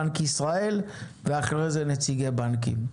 את בנק ישראל ואחרי זה את נציגי הבנקים.